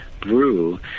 brew